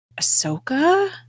Ahsoka